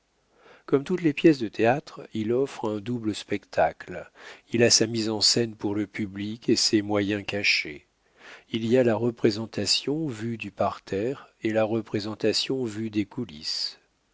comme toutes les pièces de théâtre il offre un double spectacle il a sa mise en scène pour le public et ses moyens cachés il y a la représentation vue du parterre et la représentation vue des coulisses